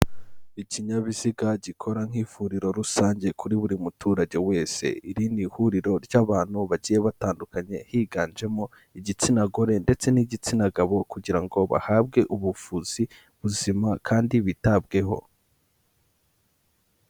Ikinyabiziga gikora nk'ivuriro rusange kuri buri muturage wese, iri ni huriro ry'abantu bagiye batandukanye, higanjemo igitsina gore ndetse n'igitsina gabo kugira ngo bahabwe ubuvuzi buzima kandi bitabweho.